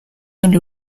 del